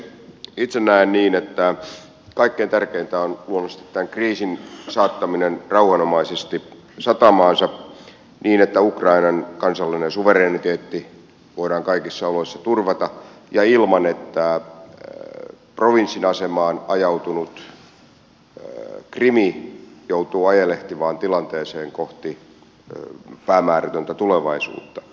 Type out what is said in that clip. itse näen niin että kaikkein tärkeintä on luonnollisesti tämän kriisin saattaminen rauhanomaisesti satamaansa niin että ukrainan kansallinen suvereniteetti voidaan kaikissa oloissa turvata ja ilman että provinssin asemaan ajautunut krim joutuu ajelehtivaan tilanteeseen kohti päämäärätöntä tulevaisuutta